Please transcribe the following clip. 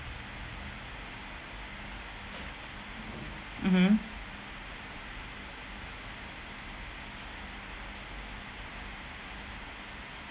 mmhmm